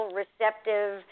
receptive